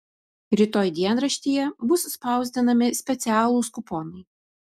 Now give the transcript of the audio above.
rytoj dienraštyje bus spausdinami specialūs kuponai